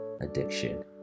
addiction